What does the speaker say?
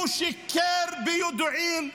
הוא שיקר ביודעין,